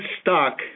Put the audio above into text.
stuck